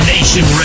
Nation